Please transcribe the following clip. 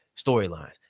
storylines